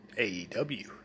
AEW